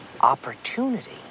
Opportunity